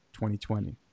2020